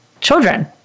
children